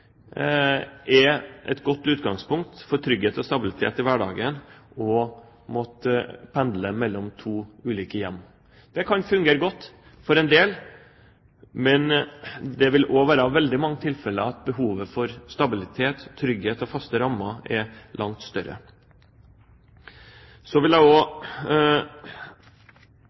er et godt utgangspunkt for trygghet og stabilitet i hverdagen å måtte pendle mellom to ulike hjem. Det kan fungere godt for en del, men det vil også være veldig mange tilfeller der behovet for stabilitet, trygghet og faste rammer er langt større. Så vil jeg